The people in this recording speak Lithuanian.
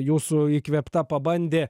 jūsų įkvėpta pabandė